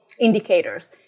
indicators